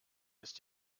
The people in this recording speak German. ist